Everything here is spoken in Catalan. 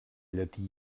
llatí